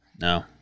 No